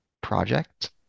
project